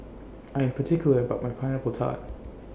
I Am particular about My Pineapple Tart